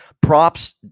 Props